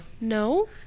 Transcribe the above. No